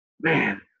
man